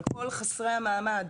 על כל חסרי המעמד